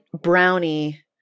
brownie